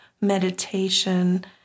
meditation